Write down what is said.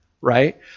right